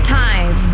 time